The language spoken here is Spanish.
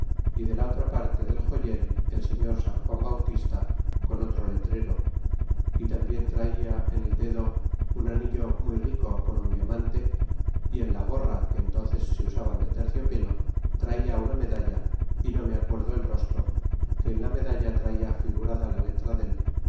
y de la otra parte del joyel el señor san juan bautista con otro letrero y tambien traia en el dedo un anillo muy rico con un diamante y en la gorra que entónces se usaban de terciopelo traia una medalla y no me acuerdo el rostro que en la medalla traia figurado la letra del